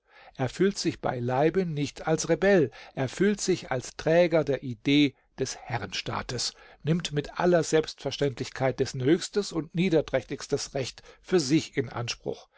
er fühlt sich beileibe nicht als rebell er fühlt sich als träger der idee des herrenstaates nimmt mit aller selbstverständlichkeit dessen höchstes und niederträchtigstes recht für sich in anspruch